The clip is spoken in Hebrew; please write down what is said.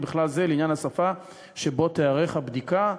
ובכלל זה לעניין השפה שבה תיערך הבדיקה,